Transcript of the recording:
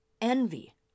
envy